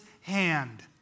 hand